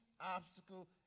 obstacle